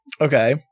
Okay